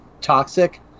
toxic